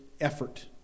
effort